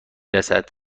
رسد